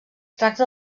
tracta